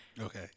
Okay